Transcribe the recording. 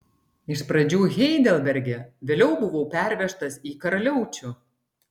iš pradžių heidelberge vėliau buvau pervežtas į karaliaučių